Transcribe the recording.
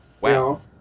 Wow